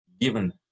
given